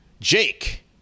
Jake